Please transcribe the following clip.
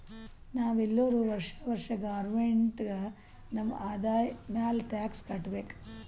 ನಾವ್ ಎಲ್ಲೋರು ವರ್ಷಾ ವರ್ಷಾ ಗೌರ್ಮೆಂಟ್ಗ ನಮ್ ಆದಾಯ ಮ್ಯಾಲ ಟ್ಯಾಕ್ಸ್ ಕಟ್ಟಬೇಕ್